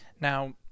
now